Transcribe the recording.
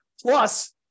Plus